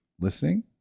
listening